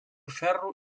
ferro